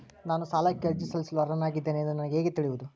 ನಾನು ಸಾಲಕ್ಕೆ ಅರ್ಜಿ ಸಲ್ಲಿಸಲು ಅರ್ಹನಾಗಿದ್ದೇನೆ ಎಂದು ನನಗೆ ಹೇಗೆ ತಿಳಿಯುವುದು?